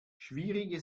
schwierige